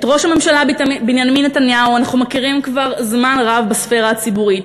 את ראש הממשלה בנימין נתניהו אנחנו מכירים כבר זמן רב בספֵרה הציבורית.